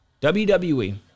WWE